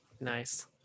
Nice